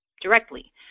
directly